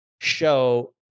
show